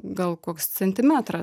gal koks centimetras